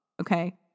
okay